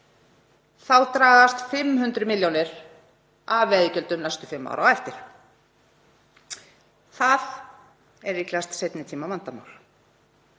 þá dragast 500 milljónir af veiðigjöldum næstu fimm ár á eftir. Það er líklegast seinni tíma vandamál.